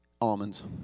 Almonds